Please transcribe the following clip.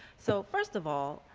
so first of all,